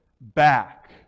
back